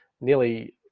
nearly